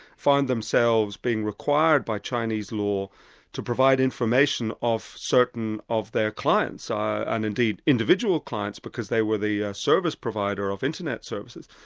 found themselves being required by chinese law to provide information of certain of their clients, and indeed, individual clients, because they were the service provider of internet services.